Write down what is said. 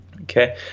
Okay